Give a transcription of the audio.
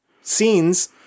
scenes